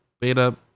beta